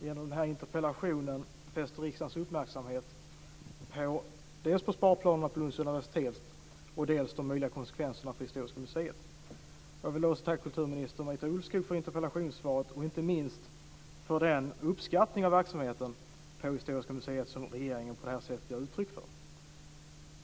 genom den här interpellationen fäster riksdagens uppmärksamhet dels på sparplanerna för Lunds universitet, dels på de möjliga konsekvenserna för det historiska museet. Jag vill också tacka kulturminister Marita Ulvskog för interpellationssvaret, inte minst för den uppskattning av verksamheten vid Lunds historiska museum som regeringen på det här sättet ger uttryck för.